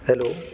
hello